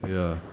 ya